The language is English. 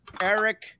Eric